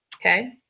okay